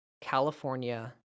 California